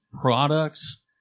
products